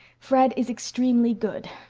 fred is extremely good.